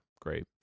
Great